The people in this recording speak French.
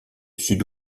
sud